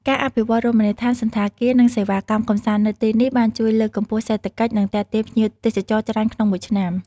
ការអភិវឌ្ឍន៍រមណីយដ្ឋាន សណ្ឋាគារ និងសេវាកម្មកម្សាន្តនៅទីនេះបានជួយលើកកម្ពស់សេដ្ឋកិច្ច និងទាក់ទាញភ្ញៀវទេសចរច្រើនក្នុងមួយឆ្នាំ។